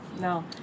No